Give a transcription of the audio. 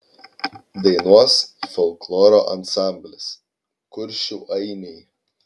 dainuos folkloro ansamblis kuršių ainiai